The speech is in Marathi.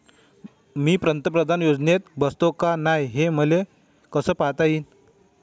मी पंतप्रधान योजनेत बसतो का नाय, हे मले कस पायता येईन?